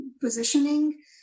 positioning